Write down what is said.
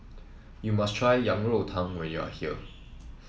you must try Yang Rou Tang when you are here